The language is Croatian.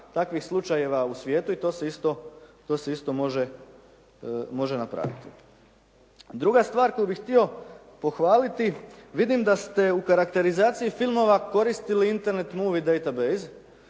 takvih slučajeva u svijetu i to se isto može napraviti. Druga stvar koju bih htio pohvaliti, vidim da ste u karakterizaciji filmova koristili Internet movie data base,